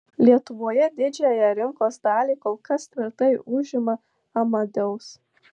lietuvoje didžiąją rinkos dalį kol kas tvirtai užima amadeus